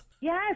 Yes